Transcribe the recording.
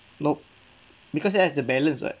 nope because that is the balance what